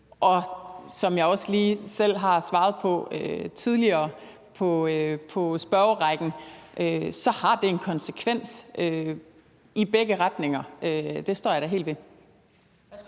Som jeg også lige selv har svaret på tidligere i spørgerrækken, har det en konsekvens i begge retninger, det står jeg da helt ved.